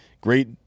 Great